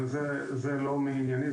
אבל זה לא מענייני,